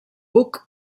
buc